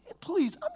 please